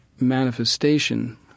manifestation